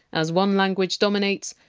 as one language dominates,